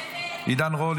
עידן רול,